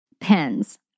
Pens